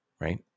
Right